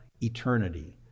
eternity